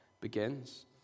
begins